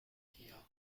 here